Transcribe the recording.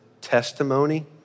testimony